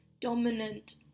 dominant